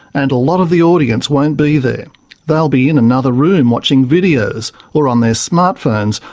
and a lot of the audience won't be there they'll be in another room watching videos, or on their smartphones,